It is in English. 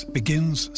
begins